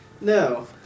No